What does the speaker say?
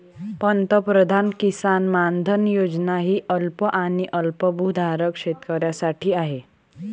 पंतप्रधान किसान मानधन योजना ही अल्प आणि अल्पभूधारक शेतकऱ्यांसाठी आहे